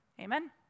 Amen